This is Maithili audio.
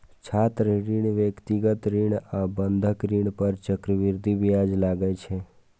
छात्र ऋण, व्यक्तिगत ऋण आ बंधक ऋण पर चक्रवृद्धि ब्याज लागै छै